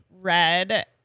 red